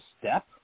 step